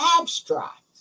abstract